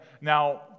Now